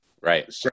Right